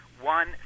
One